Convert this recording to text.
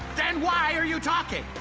then why are you talking!